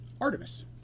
Artemis